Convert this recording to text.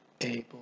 able